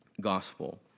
gospel